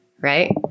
Right